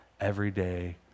everyday